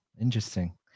Interesting